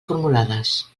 formulades